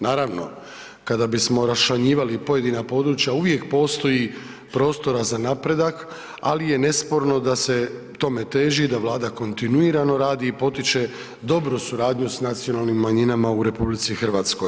Naravno, kada bismo raščlanjivali pojedina područja uvijek postoji prostora za napredak, ali je nesporno da se tome teži, da Vlada kontinuirano radi i potiče dobru suradnju s nacionalnim manjinama u RH.